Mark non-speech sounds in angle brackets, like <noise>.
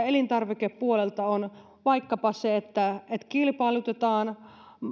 <unintelligible> elintarvikepuolelta on vaikkapa se että kilpailutetaan